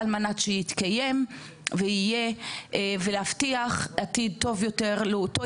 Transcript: על מנת שהוא יתקיים ועל מנת להבטיח עתיד טוב יותר לאותו